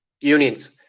unions